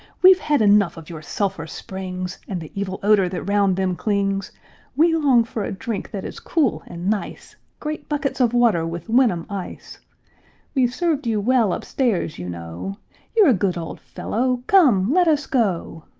we've had enough of your sulphur springs, and the evil odor that round them clings we long for a drink that is cool and nice great buckets of water with wenham ice we've served you well up-stairs, you know you're a good old fellow come, let us go!